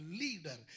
leader